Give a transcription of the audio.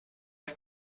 aus